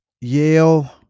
Yale